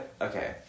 okay